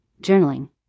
journaling